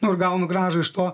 nu ir gaunu grąžą iš to